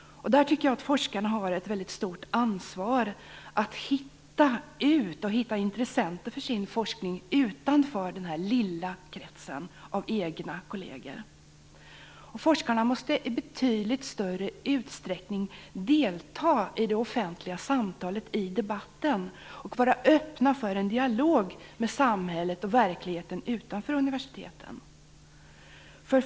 Jag tycker att forskarna har ett stort ansvar för att hitta ut, för att hitta intressenter för sin forskning utanför den lilla kretsen av egna kolleger. Forskarna måste i betydligt större utsträckning delta i det offentliga samtalet, i debatten, och vara öppna för en dialog med samhället och verkligheten utanför universiteten.